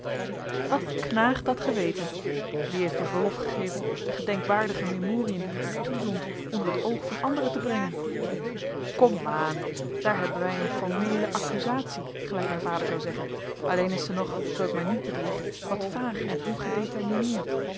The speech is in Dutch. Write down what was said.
wat knaagt dat geweten wie heeft u verlof gegeven de gedenkwaardige memoriën die ik u toezond onder het oog van anderen te brengen komaan daar hebben wij een formeele accusatie gelijk mijn vader zou zeggen alleen is zij nog zoo ik mij niet bedrieg wat vaag en